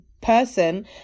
person